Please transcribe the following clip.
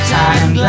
time